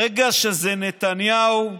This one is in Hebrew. ברגע שזה נתניהו,